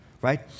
right